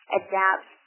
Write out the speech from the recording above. adapt